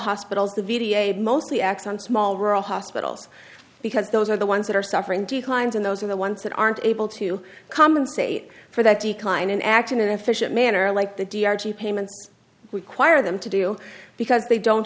video mostly acts on small rural hospitals because those are the ones that are suffering declines in those are the ones that aren't able to compensate for that decline an act in an efficient manner like the d r g payments require them to do because they don't